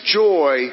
joy